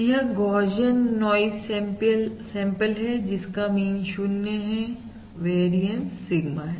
यह Gaussian noise sample है जिनका मीन 0 वेरियंस सिग्मा स्क्वेयर है